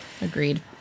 Agreed